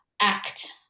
act